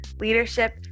leadership